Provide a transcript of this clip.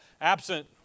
absent